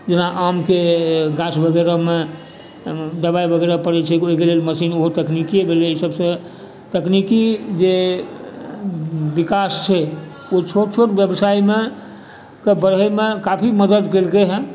जेना आमके गाछ वगैरहमे दबाइ वगैरह पड़ै छै ओकरा लेल मशीन ओहो तकनीकीये भेलै अइ सबसँ तकनीकी जे विकास छै ओ छोट छोट व्यवसायमे कऽ बढ़ैमे काफी मदति कयलकै हँ